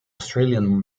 australian